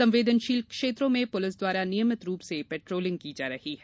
संवेदनशील क्षेत्रों में पुलिस द्वारा नियमित रूप से पेट्रोलिंग की जा रही है